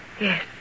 Yes